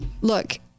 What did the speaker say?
Look